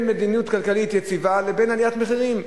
מדיניות כלכלית יציבה לבין עליית מחירים.